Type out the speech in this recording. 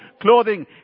clothing